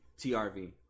TRV